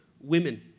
women